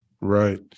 Right